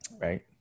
Right